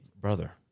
brother